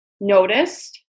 noticed